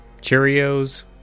cheerios